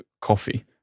coffee